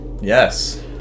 Yes